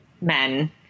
men